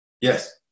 yes